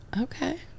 Okay